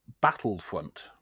battlefront